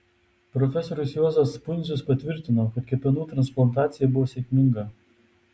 profesorius juozas pundzius patvirtino kad kepenų transplantacija buvo sėkminga